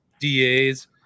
DAs